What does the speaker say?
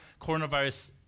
coronavirus